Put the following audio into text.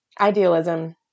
idealism